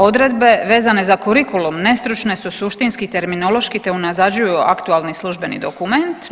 Odredbe vezane za kurikulum nestručne su suštinski, terminološki te unazađuju aktualni službeni dokument.